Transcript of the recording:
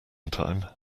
time